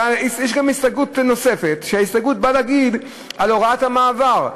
ויש גם הסתייגות נוספת, על הוראת המעבר.